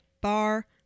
bar